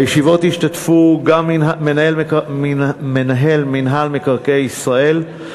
בישיבות השתתפו גם מנהל מינהל מקרקעי ישראל,